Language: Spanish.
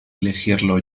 elegirlo